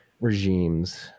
regimes